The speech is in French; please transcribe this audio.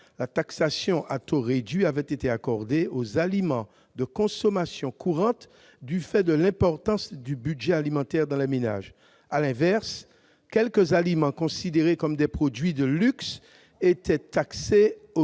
la taxation à taux réduit avait été accordée pour les aliments de consommation courante, du fait de l'importance du budget alimentaire pour les ménages. À l'inverse, quelques aliments considérés comme des produits de luxe étaient taxés à taux plein.